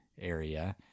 area